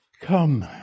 come